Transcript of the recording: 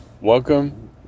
welcome